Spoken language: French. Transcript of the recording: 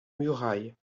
murailles